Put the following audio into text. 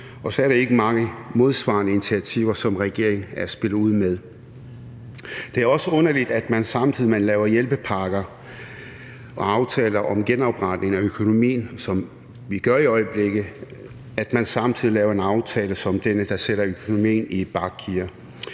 Og det er ikke mange modsvarende initiativer, som regeringen har spillet ud med. Det er også underligt, at man, samtidig med at man laver hjælpepakker og aftaler om genopretning af økonomien, som vi gør i øjeblikket, laver en aftale som denne, der sætter økonomien i bakgear.